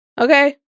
Okay